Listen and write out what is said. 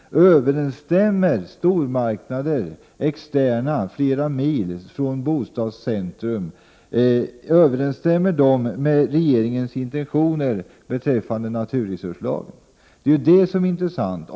Överensstämmer externa stormarknader placerade flera mil från bostadscentrum med regeringens intentioner beträffande naturresurslagen? Det är det som är intressant.